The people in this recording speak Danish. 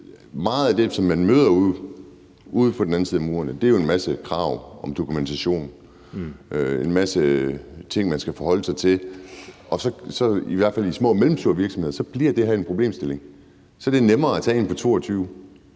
enig i det, men ude på den anden side af murene møder man jo en masse krav om dokumentation, en masse ting, man skal forholde sig til, og så bliver det her i hvert fald i små og mellemstore virksomheder et problem. Så er det nemmere at tage en på 22